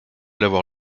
l’avoir